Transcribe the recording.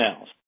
else